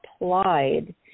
applied